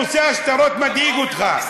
נושא השטרות מדאיג אותך.